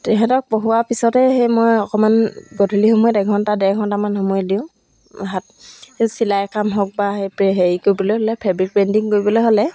তাহাঁতক পঢ়োৱাৰ পিছতে সেই মই অকণমান গধূলি সময়ত এঘণ্টা ডেৰঘণ্টামান সময় দিওঁ হাত সেই চিলাই কাম হওক বা সেই হেৰি কৰিবলৈ হ'লে ফেব্ৰিক পেইণ্টিং কৰিবলৈ হ'লে